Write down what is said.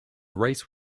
race